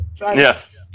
yes